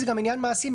זה גם עניין מעשי,